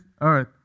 earth